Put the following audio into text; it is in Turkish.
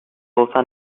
olsa